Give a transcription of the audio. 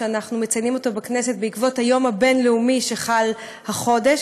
שאנחנו מציינים בכנסת בעקבות היום הבין-לאומי שחל החודש.